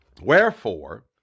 Wherefore